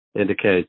indicates